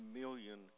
million